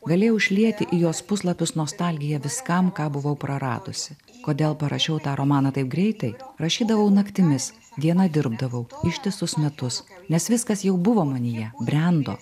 galėjau išlieti į jos puslapius nostalgiją viskam ką buvau praradusi kodėl parašiau tą romaną taip greitai rašydavau naktimis dieną dirbdavau ištisus metus nes viskas jau buvo manyje brendo